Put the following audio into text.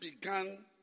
began